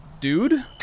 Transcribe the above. Dude